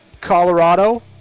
colorado